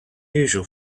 usual